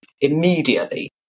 immediately